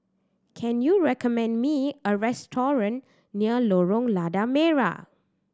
can you recommend me a restaurant near Lorong Lada Merah